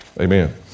Amen